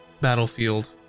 battlefield